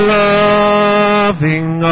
loving